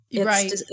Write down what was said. Right